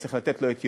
צריך לתת לו את יומו,